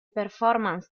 performance